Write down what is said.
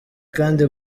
kandi